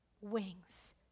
wings